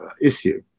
issue